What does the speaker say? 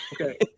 Okay